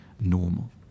normal